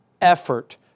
effort